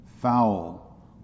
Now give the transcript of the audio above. foul